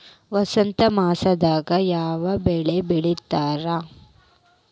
ವಸಂತ ಮಾಸದಾಗ್ ಯಾವ ಬೆಳಿ ಬೆಳಿತಾರ?